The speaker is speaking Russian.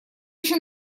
еще